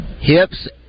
Hips